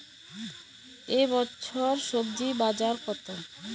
এ বছর স্বজি বাজার কত?